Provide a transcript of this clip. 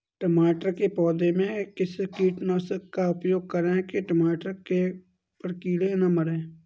टमाटर के पौधे में किस कीटनाशक का उपयोग करें कि टमाटर पर कीड़े न लगें?